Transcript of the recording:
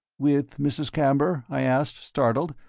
with mrs. camber? i asked, startled.